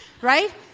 right